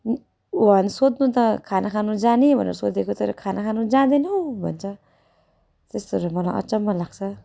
भन सोध्नु त खाना खानु जाने भनेर सोधेको तर खाना खानु जाँदैनौ भन्छ त्यस्तोहरू मलाई अचम्म लाग्छ